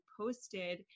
posted